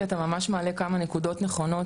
כי אתה ממש מעלה כמה נקודות נכונות.